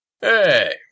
Hey